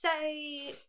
say